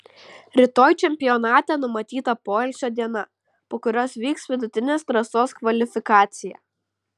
rytoj čempionate numatyta poilsio diena po kurios vyks vidutinės trasos kvalifikacija